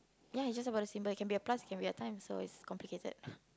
ya it's just about the symbol it can be a plus it can be a times so it's just complicated